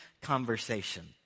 conversation